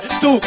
two